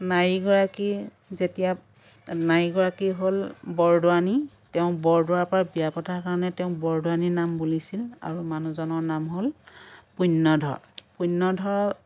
নাৰীগৰাকী যেতিয়া নাৰীগৰাকী হ'ল বৰদোৱানী তেওঁক বৰদোৱাৰ পৰা বিয়া পতা কাৰণে তেওঁক বৰদোৱানী নাম বুলিছিল আৰু মানুহজনৰ নাম হ'ল পুণ্যধৰ পুণ্যধৰৰ